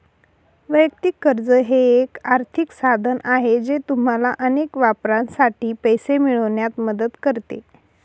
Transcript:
वैयक्तिक कर्ज हे एक आर्थिक साधन आहे जे तुम्हाला अनेक वापरांसाठी पैसे मिळवण्यात मदत करते